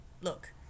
look